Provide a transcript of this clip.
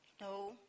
No